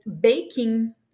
baking